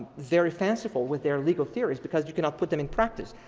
very fanciful with their legal theories because you cannot put them in practice.